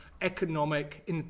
economic